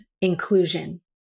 inclusion